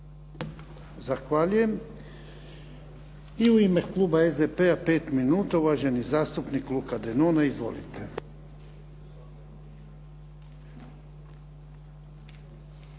Zahvaljujem. I u ime kluba SDP-a 5 minuta, uvaženi zastupnik Luka Denona. Izvolite.